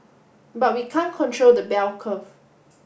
but we can't control the bell curve